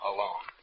Alone